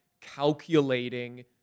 calculating